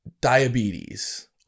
Diabetes